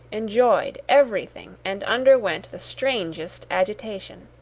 enjoyed everything, and underwent the strangest agitation.